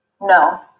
No